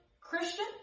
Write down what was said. christian